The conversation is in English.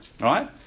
right